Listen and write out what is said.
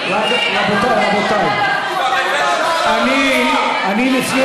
רבותיי, רבותיי, אני לפני